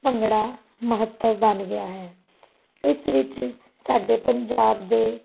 ਭੰਗੜਾ ਮਹੱਤਵ ਬਣ ਗਿਆ ਹੈ ਇਸ ਵਿੱਚ ਸਾਡੇ ਪੰਜਾਬ ਦੇ